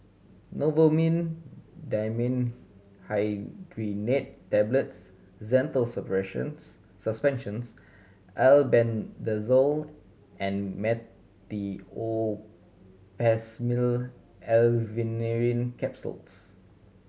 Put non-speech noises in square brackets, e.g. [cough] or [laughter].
Novomin Dimenhydrinate Tablets Zental [unintelligible] Suspensions Albendazole and Meteospasmyl Alverine Capsules